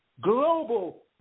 global